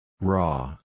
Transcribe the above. Raw